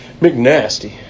McNasty